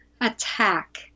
attack